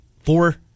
Four